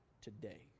today